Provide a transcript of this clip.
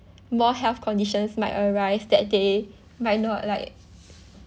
more health conditions might arise that they might not like